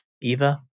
Eva